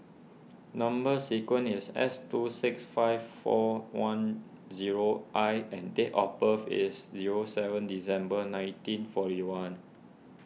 Number Sequence is S two six five four one zero I and date of birth is zero seven December nineteen forty one